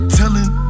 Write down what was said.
telling